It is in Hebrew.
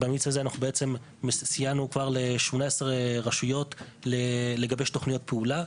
במאיץ הזה סייענו כבר ל-18 רשויות לגבש תוכניות פעולה.